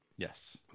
Yes